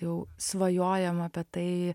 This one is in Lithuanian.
jau svajojam apie tai